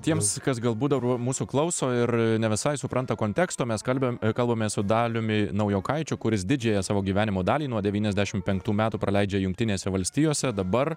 tiems kas galbūt dar mūsų klauso ir ne visai supranta konteksto mes kalbiam kalbamės su daliumi naujokaičiu kuris didžiąją savo gyvenimo dalį nuo devyniasdešim penktų metų praleidžia jungtinėse valstijose dabar